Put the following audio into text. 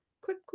quick